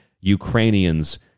Ukrainians